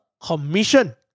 commission